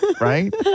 right